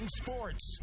sports